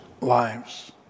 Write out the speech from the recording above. lives